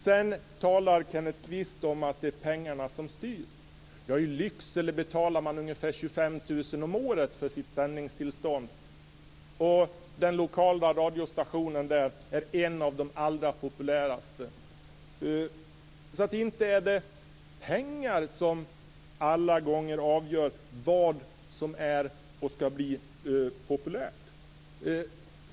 Kenneth Kvist talade om att pengarna styr. I Lycksele betalar man ungefär 25 000 kr om året för sitt sändningstillstånd. Den lokala radiostationen är en av de populäraste stationerna. Inte är det pengar som alla gånger avgör vad som är och skall bli populärt.